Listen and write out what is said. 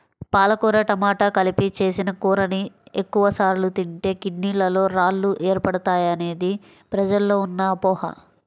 పాలకూర టమాట కలిపి చేసిన కూరని ఎక్కువ సార్లు తింటే కిడ్నీలలో రాళ్లు ఏర్పడతాయనేది ప్రజల్లో ఉన్న అపోహ